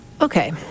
Okay